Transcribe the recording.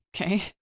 okay